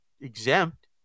exempt